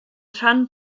rhan